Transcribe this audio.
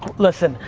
listen,